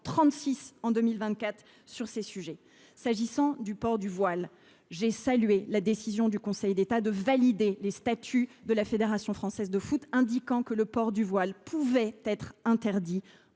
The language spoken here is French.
36 en 2024. Pour ce qui est du port du voile, j’ai salué la décision du Conseil d’État de valider l’article des statuts de la Fédération française de football indiquant que le port du voile pouvait être interdit